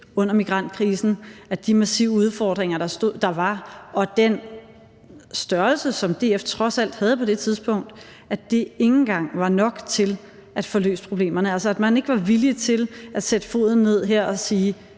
under migrantkrisen, at de massive udfordringer, der var, og den størrelse, som DF trods alt havde på det tidspunkt, ikke engang var nok til at få løst problemerne, altså at man ikke var villige til at sætte foden ned her og sige: